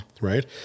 Right